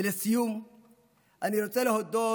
ולסיום אני רוצה להודות